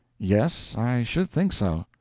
yes, i should think so.